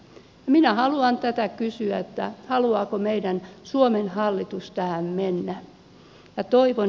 minä haluan tätä kysyä haluaako meidän suomen hallitus tähän mennä